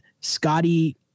Scotty